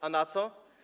A na co?